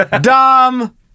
Dumb